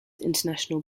international